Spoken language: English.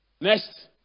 Next